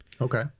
Okay